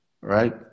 right